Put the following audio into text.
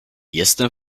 jestem